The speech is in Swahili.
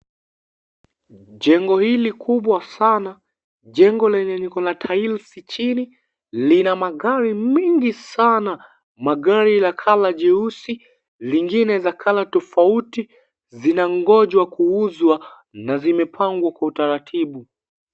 Jengo hili kubwa sana, jengo lenye liko na tails chini, lina magari mingi sana. Magari la kala jeusi, lingine za kala tofauti, zinangoja kuuzwa na zimepangwa kwa utaratibu.